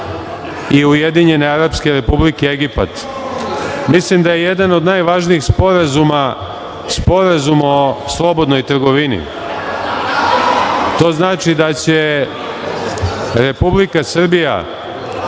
i Ujedinjene Arapske Republike Egipat. Mislim da je jedan od najvažnijih sporazuma Sporazum o slobodnoj trgovini. To znači da će Republika Srbija,